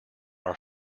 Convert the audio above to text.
our